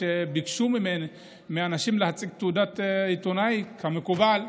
כשביקשו מאנשים להציג תעודת עיתונאי, כמקובל,